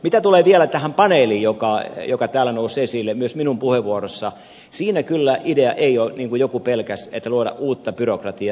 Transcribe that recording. mitä tulee vielä tähän paneeliin joka täällä nousi esille myös minun puheenvuorossani siinä kyllä idea ei ole niin kuin joku pelkäsi että luodaan uutta byrokratiaa